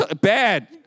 bad